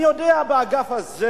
אני יודע, באגף הזה